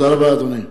תודה רבה,